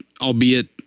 albeit